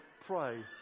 pray